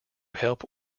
help